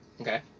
okay